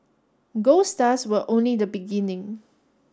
gold stars were only the beginning